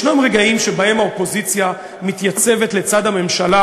יש רגעים שבהם האופוזיציה מתייצבת לצד הממשלה,